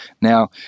Now